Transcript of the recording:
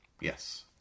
Yes